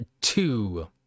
two